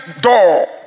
door